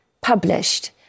published